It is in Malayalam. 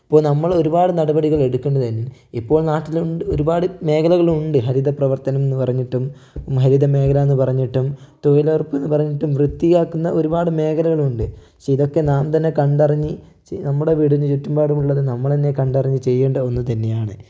അപ്പോൾ നമ്മള് ഒരുപാട് നടപടികൾ എടുക്കേണ്ടതാരുന്നു ഇപ്പോൾ നാട്ടിലും ഒരുപാട് മേഖലകൾ ഉണ്ട് ഹരിത പ്രവർത്തനംന്ന് പറഞ്ഞിട്ടും ഹരിത മേഖല എന്ന് പറഞ്ഞിട്ടും തൊഴിലുറപ്പ് എന്ന് പറഞ്ഞിട്ടും വൃത്തിയാക്കുന്ന ഒരുപാട് മേഖലകൾ ഉണ്ട് പക്ഷെ ഇതൊക്കെ നാം തന്നെ കണ്ടറിഞ്ഞ് നമ്മുടെ വീടിന് ചുറ്റുപാടുമുള്ളത് നമ്മള് തന്നെ കണ്ടറിഞ്ഞ് ചെയ്യേണ്ട ഒന്ന് തന്നെയാണ്